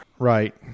Right